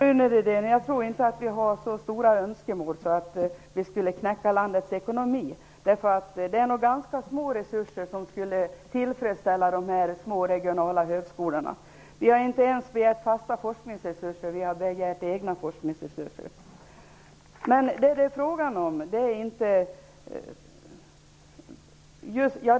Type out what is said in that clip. Herr talman! Vi har nog inte så stora önskemål att det skulle knäcka landets ekonomi. Det är ganska små resurser som skulle tillfredsställa de små regionala högskolorna. Vi har inte ens begärt fasta forskningsresurser; vi har begärt egna forskningsresurser.